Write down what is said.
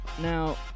Now